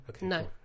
No